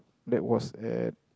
that was at